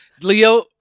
Leo